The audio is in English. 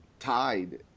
tied